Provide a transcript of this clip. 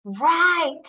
Right